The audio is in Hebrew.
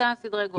נתנו סדרי-גודל.